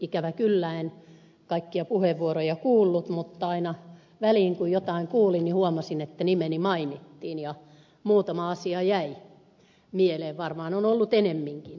ikävä kyllä en kaikkia puheenvuoroja kuullut mutta aina väliin kun jotain kuulin huomasin että nimeni mainittiin ja muutama asia jäi mieleen varmaan niitä on ollut enemmänkin